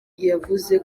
yavuze